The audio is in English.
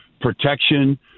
protection